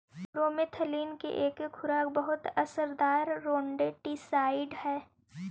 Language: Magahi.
ब्रोमेथलीन के एके खुराक बहुत असरदार रोडेंटिसाइड हई